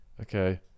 Okay